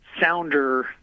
sounder